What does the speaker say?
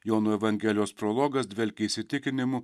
jono evangelijos prologas dvelkia įsitikinimu